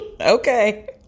Okay